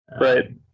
Right